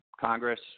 Congress